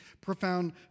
profound